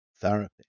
therapy